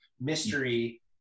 mystery